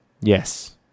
Yes